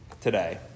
today